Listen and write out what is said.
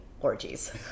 orgies